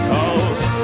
Cause